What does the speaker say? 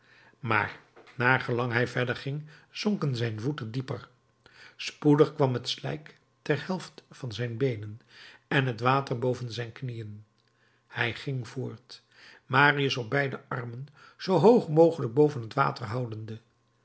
maar naar gelang hij verder ging zonken zijn voeten dieper spoedig kwam het slijk ter helft van zijn beenen en het water boven zijn knieën hij ging voort marius op beide armen zoo hoog mogelijk boven het water houdende